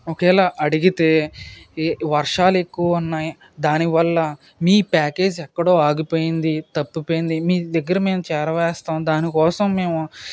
ఒకవేళ అడిగితే ఏ వర్షాలు ఎక్కువ ఉన్నాయి దానివల్ల మీ ప్యాకేజ్ ఎక్కడో ఆగిపోయింది తప్పిపోయింది మీ దగ్గర మేము చేరవేస్తాం దానికోసం మేము